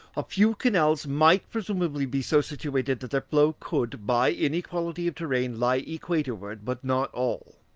a few canals might presumably be so situated that their flow could, by inequality of terrane, lie equatorward, but not all.